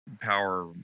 power